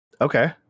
Okay